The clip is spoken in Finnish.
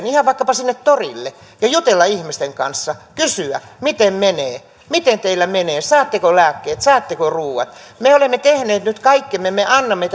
ihan vaikkapa torille ja jutella ihmisten kanssa kysyä miten menee miten teillä menee saatteko lääkkeet saatteko ruuat me olemme tehneet nyt kaikkemme me me annamme